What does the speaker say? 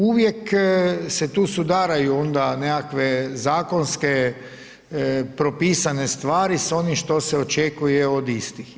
Uvijek se tu sudaraju onda nekakve zakonske propisane stvari sa onim što se očekuje od istih.